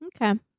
okay